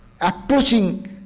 approaching